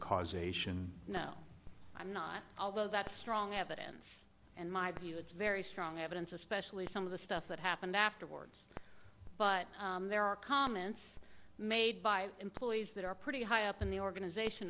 causation no i'm not although that's strong evidence and my view it's very strong evidence especially some of the stuff that happened afterwards but there are comments made by employees that are pretty high up in the organization